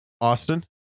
Austin